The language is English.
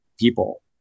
people